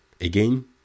Again